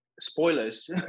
spoilers